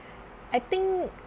I think